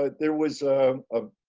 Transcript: ah there was a